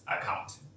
account